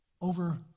over